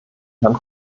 herrn